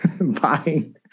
Buying